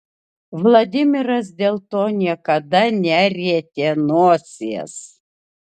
vladimiras dėl to niekada nerietė nosies